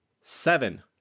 Seven